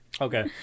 Okay